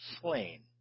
slain